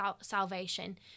salvation